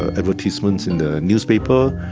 advertisements in the newspaper,